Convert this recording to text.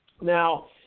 Now